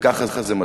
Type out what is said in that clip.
וכך זה מתחיל.